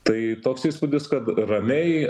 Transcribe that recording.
tai toks įspūdis kad ramiai